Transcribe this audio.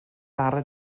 bara